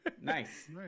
Nice